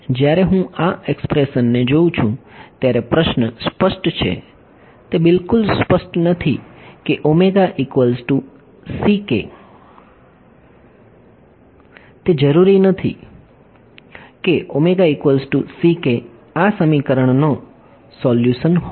જ્યારે હું આ એક્સપ્રેશનને જોઉં છું ત્યારે પ્રશ્ન સ્પષ્ટ છે તે બિલકુલ સ્પષ્ટ નથી કે તે જરૂરી નથી કે આ સમીકરણનો સોલ્યુશન હોય